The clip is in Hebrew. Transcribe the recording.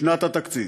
שנת התקציב.